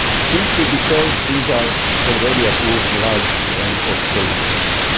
simply because these are already approved drugs and off patent.